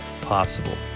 possible